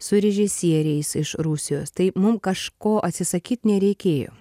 su režisieriais iš rusijos tai mum kažko atsisakyt nereikėjo